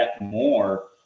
more